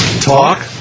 talk